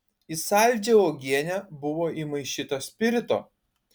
į saldžią uogienę buvo įmaišyta spirito